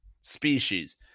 species